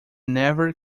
never